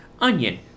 onion